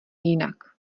jinak